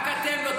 רק אתם לא תומכים.